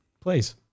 Please